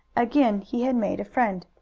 again he had made a friend.